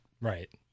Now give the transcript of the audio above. Right